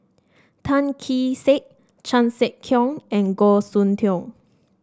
Tan Kee Sek Chan Sek Keong and Goh Soon Tioe